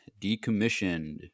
Decommissioned